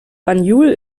banjul